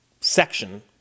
section